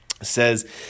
says